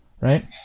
Right